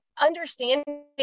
understanding